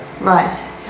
Right